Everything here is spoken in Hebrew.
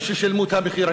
הם ששילמו את המחיר.